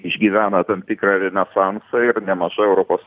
išgyvena tam tikrą renesansą ir nemaža europos